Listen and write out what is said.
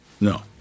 No